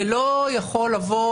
ולא יכול לבוא